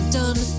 done